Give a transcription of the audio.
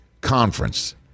conference